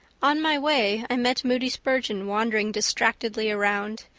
on my way i met moody spurgeon wandering distractedly around.